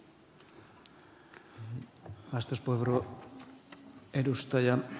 arvoisa puhemies